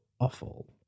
awful